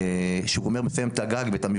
בתי הספר, ופה צריך ללכת עם משרד החינוך